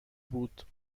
بود